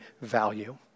value